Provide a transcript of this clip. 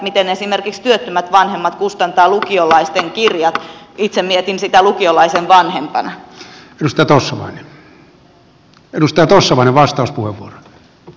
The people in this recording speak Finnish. miten esimerkiksi työttömät vanhemmat kustantavat lukiolaisten kirjat itse mietin sitä lukiolaisen vanhempana